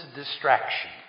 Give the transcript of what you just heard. distraction